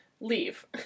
leave